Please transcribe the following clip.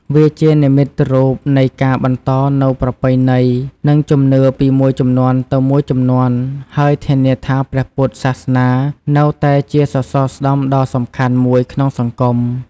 វាជានិមិត្តរូបនៃការបន្តនូវប្រពៃណី និងជំនឿពីមួយជំនាន់ទៅមួយជំនាន់ ហើយធានាថាព្រះពុទ្ធសាសនានៅតែជាសសរស្តម្ភដ៏សំខាន់មួយក្នុងសង្គម។